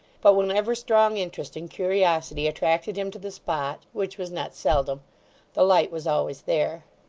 but whenever strong interest and curiosity attracted him to the spot which was not seldom the light was always there.